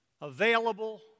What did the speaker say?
available